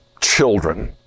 children